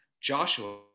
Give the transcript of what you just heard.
Joshua